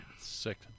Sick